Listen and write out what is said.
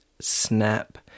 Snap